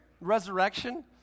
resurrection